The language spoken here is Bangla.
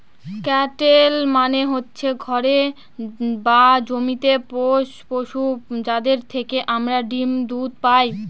ক্যাটেল মানে হচ্ছে ঘরে বা জমিতে পোষ্য পশু, যাদের থেকে আমরা ডিম দুধ পায়